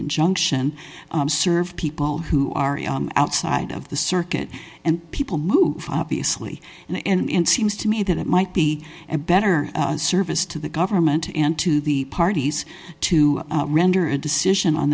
injunction served people who are outside of the circuit and people move the asli in seems to me that it might be a better service to the government and to the parties to render a decision on